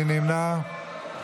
מי נמנע?